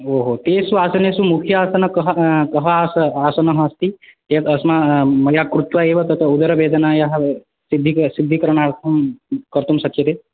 ओहो तेषु आसनेषु मुख्यासन कः कः आसनः अस्ति यत् अस्म मया कृत्वा एव तत् उदरवेदनायाः सिद्धि सिद्धिकरणार्थं कर्तुं शक्यते